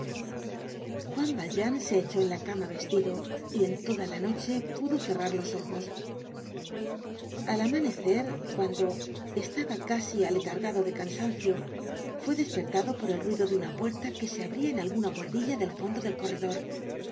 juan valjean se echó en la cama vestido y en toda la noche pudo cerrar los ojos al amanecer cuando estaba casi aletargado de cansancio fue despertado por el ruido de una puerta que se abria en alguna buhardilla del fondo del corredor